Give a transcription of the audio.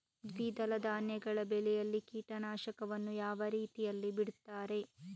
ದ್ವಿದಳ ಧಾನ್ಯಗಳ ಬೆಳೆಯಲ್ಲಿ ಕೀಟನಾಶಕವನ್ನು ಯಾವ ರೀತಿಯಲ್ಲಿ ಬಿಡ್ತಾರೆ?